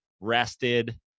rested